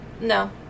No